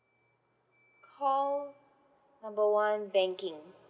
call number one banking